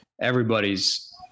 Everybody's